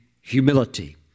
humility